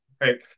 right